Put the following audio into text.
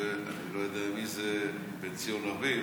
ואני לא יודע מי זה בן ציון ארביב,